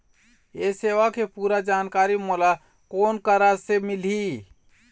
ये सेवा के पूरा जानकारी मोला कोन करा से मिलही?